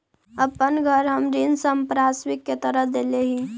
अपन घर हम ऋण संपार्श्विक के तरह देले ही